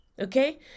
Okay